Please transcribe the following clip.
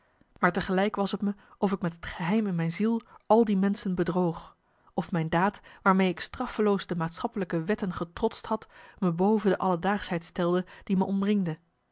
maar tegelijk was t me of ik met het geheim in mijn ziel al die menschen bedroog of mijn daad waarmee ik straffeloos de maatschappelijke wetten getrotst had me boven de alledaagschheid stelde die me omringde